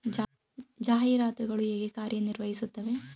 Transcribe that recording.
ಜಾಹೀರಾತುಗಳು ಹೇಗೆ ಕಾರ್ಯ ನಿರ್ವಹಿಸುತ್ತವೆ?